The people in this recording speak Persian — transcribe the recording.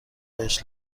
بهش